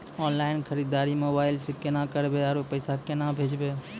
Online खरीददारी mobile से केना करबै, आरु पैसा केना भेजबै?